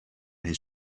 his